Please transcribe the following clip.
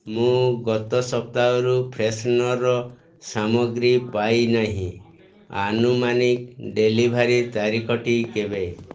ମୁଁ ଗତ ସପ୍ତାହରୁ ଫ୍ରେଶନର୍ ସାମଗ୍ରୀ ପାଇ ନାହିଁ ଆନୁମାନିକ ଡେଲିଭରି ତାରିଖଟି କେବେ